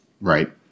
Right